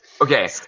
Okay